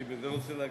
אני בזה רוצה להקדים.